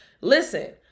listen